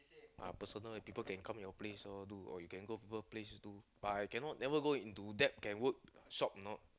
ah personal people can come your place want do but I cannot never go into that can work shop or not